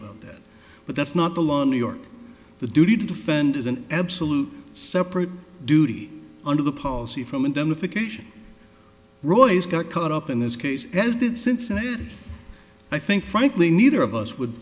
about that but that's not the law in new york the duty to defend is an absolute separate duty under the policy from indemnification roy's got caught up in this case as did cincinnati i think frankly neither of us would